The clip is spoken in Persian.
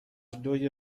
دوی